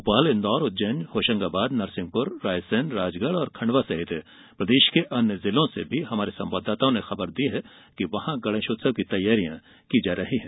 भोपाल इंदौर उज्जैन होशंगाबाद नरसिंहपुर रायसेन और खंडवा सहित प्रदेश के अन्य जिलों से भी हमारे संवाददाताओं ने खबर दी है कि वहां गणेश उत्सव की तैयारियां की जा रही हैं